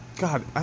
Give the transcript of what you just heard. God